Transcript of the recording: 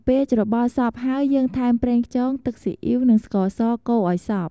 ពេលច្របល់សព្វហើយយើងថែមប្រេងខ្យង ទឹកស៊ីអ៊ីវ និងស្ករស កូរឱ្យសព្វ។